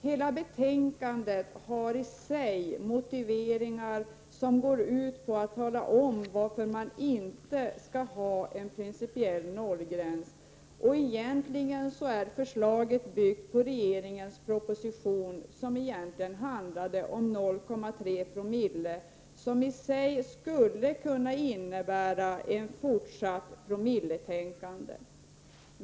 Hela betänkandet har i sig motiveringar som går ut på att tala om varför man inte skall ha en principiell nollgräns. Försla get bygger på regeringens proposition, som egentligen handlar om 0,3 Joo, vilket i sig skulle kunna innebära ett fortsatt promilletänkande.